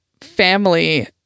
family